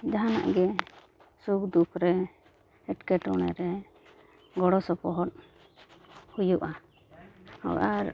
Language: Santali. ᱡᱟᱦᱟᱱᱟᱜ ᱜᱮ ᱥᱩᱠᱼᱫᱩᱠ ᱨᱮ ᱮᱴᱠᱮᱴᱚᱬᱮ ᱨᱮ ᱜᱚᱲᱚ ᱥᱚᱯᱚᱦᱚᱫ ᱦᱩᱭᱩᱜᱼᱟ ᱚ ᱟᱨ